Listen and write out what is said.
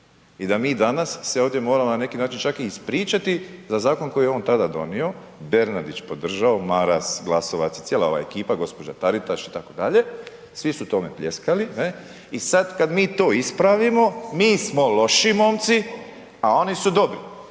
i da mi danas se ovdje moramo na neki način čak i ispričati za zakon koji je on tada donio, Bernardić podržao, Maras, Glasovac i cijela ova ekipa, gđa. Taritaš, itd., svi su tome pljeskali, ne i sad kad mi to ispravimo, mi smo loši momci, a oni su dobri